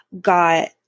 got